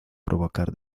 provocar